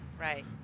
Right